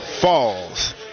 Falls